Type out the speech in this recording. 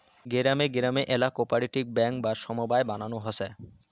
গিরামে গিরামে আল্যা কোপরেটিভ বেঙ্ক বা সমব্যায় বেঙ্ক বানানো হসে